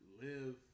live